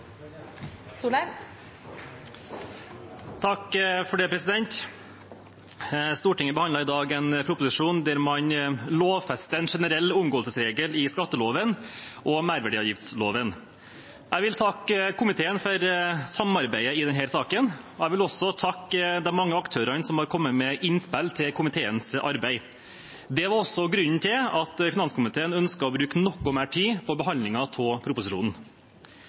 komiteen for samarbeidet i denne saken, og jeg vil også takke de mange aktørene som har kommet med innspill til komiteens arbeid. Det var også grunnen til at finanskomiteen ønsket å bruke noe mer tid på behandlingen av proposisjonen.